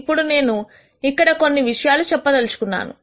ఇప్పుడు నేను ఇక్కడ కొన్ని విషయాలు చెప్పదలుచుకున్నాను